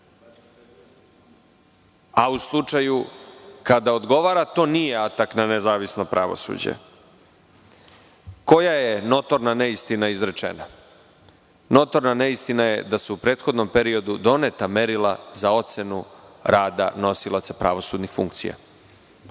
a u slučaju kada odgovara, to nije atak na nezavisno pravosuđe. Koja je notorna neistina izrečena? Notorna neistina je da se u prethodnom periodu doneta merila za ocenu rada nosilaca pravosudnih funkcija.